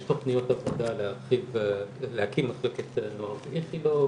יש תכניות עבודה להקים מחלקת נוער באיכילוב,